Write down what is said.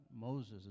Moses